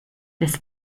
des